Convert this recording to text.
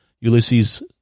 Ulysses